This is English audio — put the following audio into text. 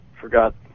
forgot